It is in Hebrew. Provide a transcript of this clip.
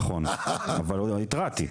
נכון, אבל התרעתי.